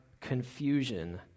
confusion